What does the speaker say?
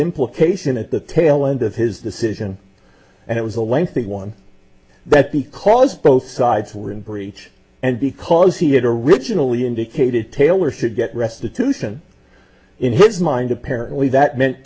implication at the tail end of his decision and it was a lengthy one that because both sides were in breach and because he had originally indicated taylor should get restitution in his mind apparently that meant